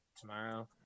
tomorrow